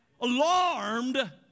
Alarmed